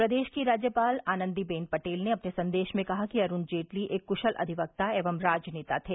प्रदेश की राज्यपाल आनंदी बेन पटेल ने अपने सन्देश में कहा कि अरूण जेटली एक कूशल अधिवक्ता एवं राजनेता थे